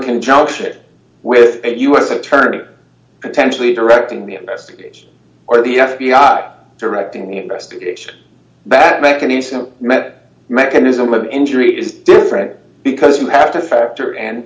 conjunction with a u s attorney are potentially directing the investigation or the f b i directing the investigation that mechanism met mechanism of injury is different because you have to factor and